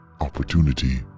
opportunity